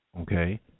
okay